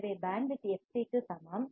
எனவே band with fc க்கு சமம்